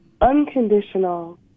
unconditional